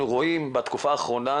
אנחנו רואים בתקופה האחרונה